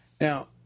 Now